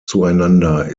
zueinander